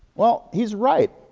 well, he's right.